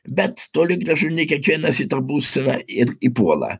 bet toli gražu ne kiekvienas į tą būseną ir įpuola